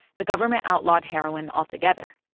the government outlawed heroin altogether,